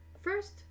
First